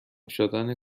شدن